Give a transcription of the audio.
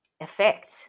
effect